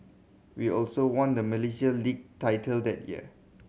we also won the Malaysia Lee title that year